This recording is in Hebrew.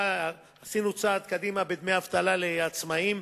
עשינו צעד קדימה בדמי אבטלה לעצמאים.